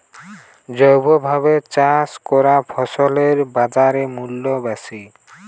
জৈবভাবে চাষ করা ফসলের বাজারমূল্য বেশি